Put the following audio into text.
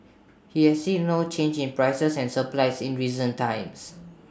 he has seen no change in prices and supplies in recent times